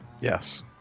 Yes